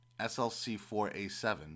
SLC4A7